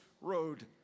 Road